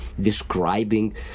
describing